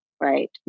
right